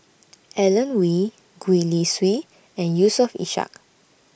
Alan Oei Gwee Li Sui and Yusof Ishak